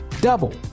double